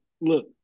look